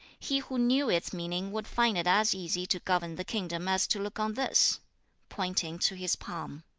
he who knew its meaning would find it as easy to govern the kingdom as to look on this pointing to his palm.